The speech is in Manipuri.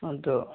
ꯑꯗꯣ